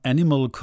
Animal